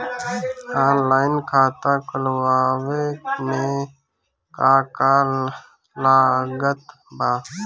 Online खाता खुलवावे मे का का लागत बा?